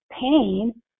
pain